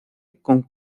con